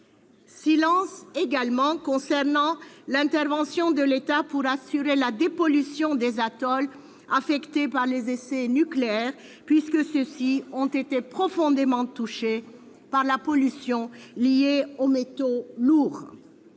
règne également s'agissant de l'intervention de l'État pour assurer la dépollution des atolls affectés par les essais nucléaires, lesquels ont été profondément touchés par la pollution liée aux métaux lourds.